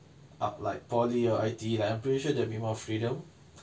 applied poly or I_T_E I pretty sure there'll be more freedom